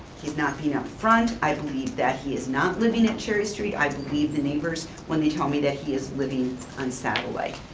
he's not being up front. i believe that he is not living at cherry street. i believe the neighbors when they tell me that he is living on satellite,